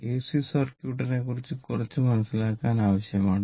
AC സർക്യൂട്ടിനെക്കുറിച്ച് കുറച്ച് മനസ്സിലാക്കൽ ആവശ്യമാണ്